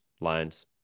lines